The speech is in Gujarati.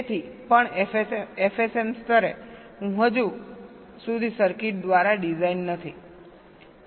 તેથી પણ fsm સ્તરે હું હજુ સુધી સરકીટ દ્વારા ડિઝાઇન નથી